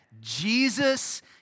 Jesus